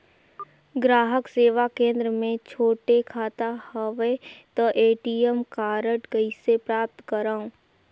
ग्राहक सेवा केंद्र मे छोटे खाता हवय त ए.टी.एम कारड कइसे प्राप्त करव?